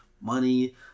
money